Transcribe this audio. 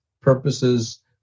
purposes